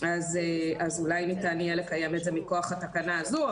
אז אולי ניתן יהיה לקיים את זה מכוח התקנה הזו.